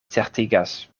certigas